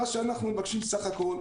מה שאנחנו מבקשים בסך הכול,